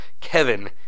Kevin